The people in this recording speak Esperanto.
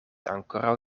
ankoraŭ